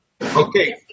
Okay